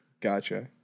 Gotcha